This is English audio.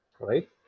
Right